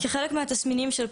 כחלק מהתסמינים של פוסט-טראומה,